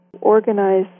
organize